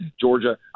georgia